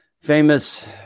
famous